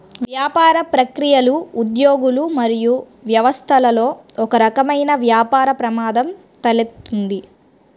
వ్యాపార ప్రక్రియలు, ఉద్యోగులు మరియు వ్యవస్థలలో ఒకరకమైన వ్యాపార ప్రమాదం తలెత్తుతుంది